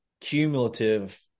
cumulative